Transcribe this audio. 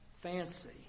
fancy